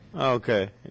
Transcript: okay